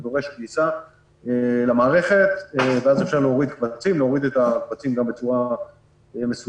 זה דורש כניסה למערכת ואז אפשר להוריד קבצים בצורה מסודרת.